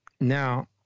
Now